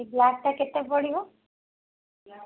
ଏଇ ବ୍ଲାକ୍ଟା କେତେ ପଡ଼ିବ